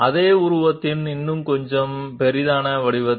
ఇది అదే ఫిగర్ యొక్క కొంచెం పెద్ద రూపంలో అదే బొమ్మ